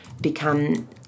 become